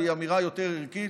והיא אמירה יותר ערכית,